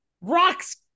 rocks